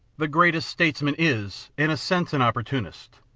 the greatest statesman is, in a sense, an opportunist.